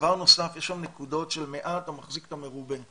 ודבר נוסף, יש שם נקודות של מעט המחזיק את המרובה.